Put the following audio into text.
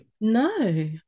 No